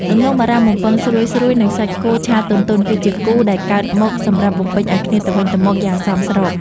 ដំឡូងបារាំងបំពងស្រួយៗនិងសាច់គោឆាទន់ៗគឺជាគូដែលកើតមកសម្រាប់បំពេញឱ្យគ្នាទៅវិញទៅមកយ៉ាងសមស្រប។